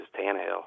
Tannehill